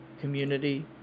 community